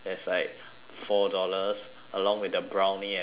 four dollars along with the brownie as well